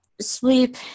sleep